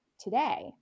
today